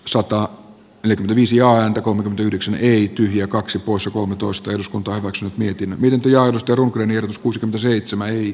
sota yli kymmenen sijaan on yhdeksän ei tyhjiä kaksi pois omituista jos kuntoa maksut mietin miten tujaus turun kuin joskus on seitsemän ei